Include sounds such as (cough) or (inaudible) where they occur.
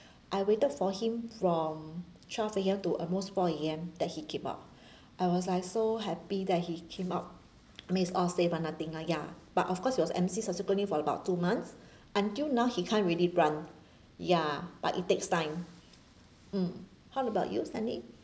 I waited for him from twelve A_M to almost four A_M that he came up (breath) I was like so happy that he came out (noise) I means he's all safe lah nothing lah ya but of course he was M_C subsequently for about two months until now he can't really run ya but it takes time mm how about you stanley